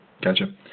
Gotcha